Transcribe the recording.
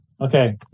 Okay